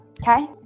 Okay